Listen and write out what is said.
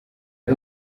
ari